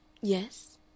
Yes